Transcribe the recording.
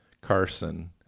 Carson